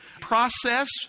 process